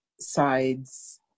side's